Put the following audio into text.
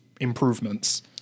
improvements